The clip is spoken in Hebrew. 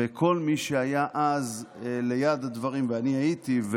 וכל מי שהיה אז ליד הדברים, ואני הייתי,